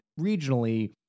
regionally